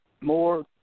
more